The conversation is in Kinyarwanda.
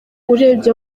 urebye